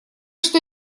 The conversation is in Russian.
что